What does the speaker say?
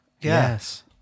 Yes